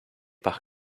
par